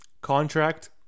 Contract